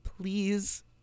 please